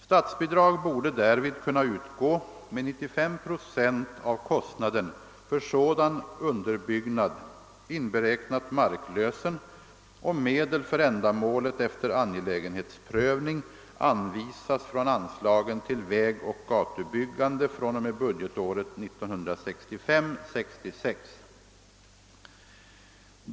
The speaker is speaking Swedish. Statsbidrag borde därvid kunna utgå med 95 procent av kostnaden för sådan underbyggnad inberäknat marklösen, och medel för ändamålet efter angelägenhetsprövning anvisas från anslagen till vägoch gatubyggande fr.o.m. budgetåret 1965/66.